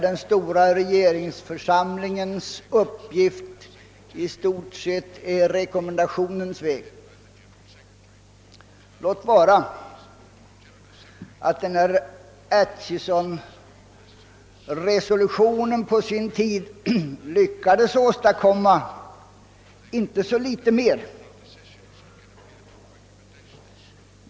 Den stora regeringsförsamlingens uppgift är i stort sett rekommendationens väg — låt vara att Achesonresolutionen på sin tid lyckades åstadkomma inte så litet mera.